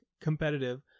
competitive